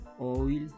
oil